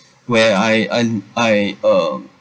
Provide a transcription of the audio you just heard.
where I n~ I uh